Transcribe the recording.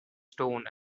stone